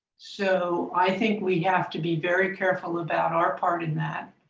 so i think we have to be very careful about our part in that.